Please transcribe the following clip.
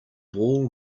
wall